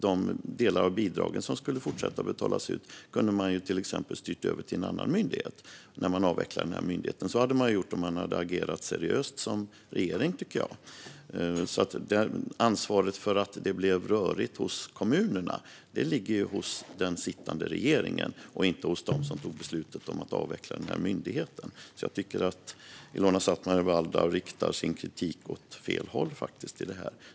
De delar av bidragen som skulle fortsätta att betalas ut hade man till exempel kunnat styra över till en annan myndighet när man avvecklade den här myndigheten. Så hade man gjort om man hade agerat seriöst som regering, tycker jag. Ansvaret för att det blev rörigt hos kommunerna ligger alltså hos den sittande regeringen, inte hos dem som tog beslutet om att avveckla myndigheten. Jag tycker därför att Ilona Szatmari Waldau riktar sin kritik åt fel håll i detta.